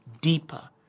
deeper